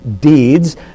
deeds